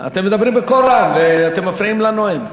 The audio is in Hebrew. אתם מדברים בקול רם ואתם מפריעים לנואם.